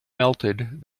melted